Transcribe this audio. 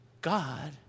God